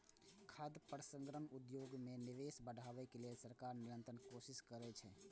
खाद्य प्रसंस्करण उद्योग मे निवेश बढ़ाबै लेल सरकार निरंतर कोशिश करै छै